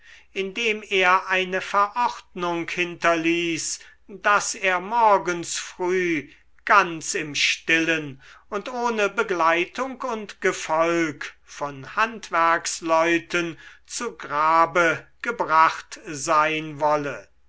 indem er eine verordnung hinterließ daß er morgens früh ganz im stillen und ohne begleitung und gefolg von handwerksleuten zu grabe gebracht sein wolle